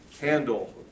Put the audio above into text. handle